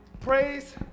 Praise